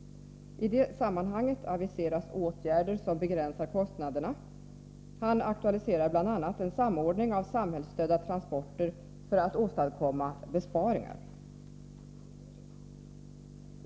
I det sammanhanget aviseras åtgärder som begränsar kostnaderna. Departementschefen aktualiserar bl.a. en samordning av samhällsstödda transporter för att åstadkomma besparingar.